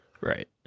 Right